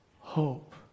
Hope